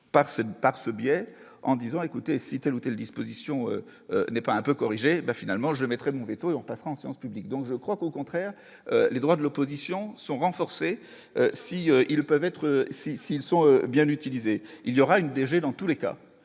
par ce biais en disant : écoutez, si telle ou telle disposition n'est pas un peu corriger mais finalement je mettrais mon véto et on passera en séance publique, donc je crois qu'au contraire, les droits de l'opposition sont renforcés si ils peuvent être, ils sont bien utilisés, il y aura une DG dans tous les cas